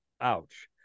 Ouch